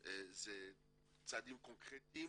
היא צעדים קונקרטיים.